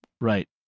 Right